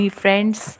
friends